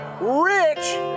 rich